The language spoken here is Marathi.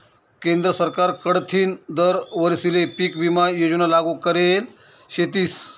केंद्र सरकार कडथीन दर वरीसले पीक विमा योजना लागू करेल शेतीस